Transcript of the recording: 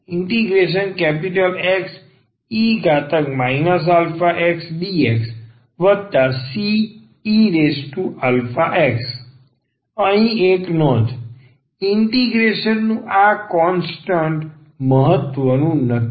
⟹yeaxXe axdxCeax અહીં એક નોંધ ઇન્ટીગ્રેશન નું આ કોન્સ્ટન્ટ મહત્વનું નથી